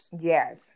Yes